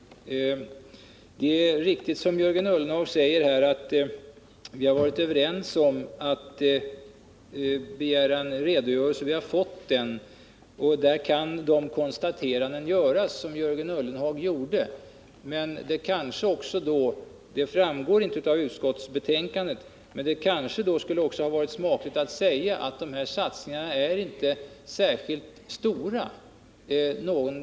Det är riktigt som Jörgen Ullenhag säger att vi varit överens om att begära en redogörelse. Vi har fått en sådan. Där görs de konstateranden som Jörgen Ullenhag här påpekade. Det framgår inte av utskottsbetänkandet — det hade kanske varit smakligt om det hade påpekats — att ingendera av dessa satsningar är särskilt stor.